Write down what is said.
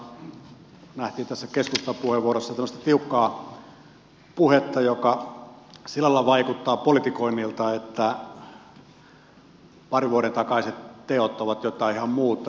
keskustan ryhmäpuheenvuorossa kuultiin tämmöistä tiukkaa puhetta joka sillä lailla vaikuttaa politikoinnilta että parin vuoden takaiset teot ovat jotain ihan muuta